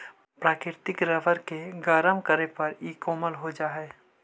प्राकृतिक रबर के गरम करे पर इ कोमल हो जा हई